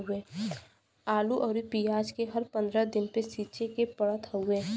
आलू अउरी पियाज के हर पंद्रह दिन पे सींचे के पड़त हवे